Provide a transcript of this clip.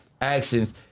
actions